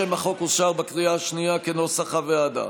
שם החוק אושר בקריאה השנייה, כנוסח הוועדה.